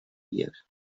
dies